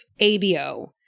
ABO